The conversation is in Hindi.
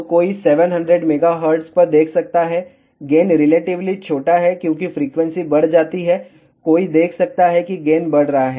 तो कोई 700 MHz पर देख सकता है गेन रिलेटिवली छोटा है क्योंकि फ्रीक्वेंसी बढ़ जाती है कोई देख सकता है कि गेन बढ़ रहा है